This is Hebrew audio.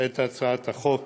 את הצעת חוק